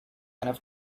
enough